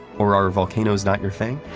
or are volcanos not your thing?